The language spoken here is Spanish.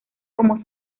como